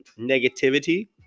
negativity